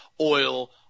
oil